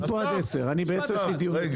אני פה עד 10:00, ב-10:00 יש לי דיון.